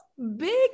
Big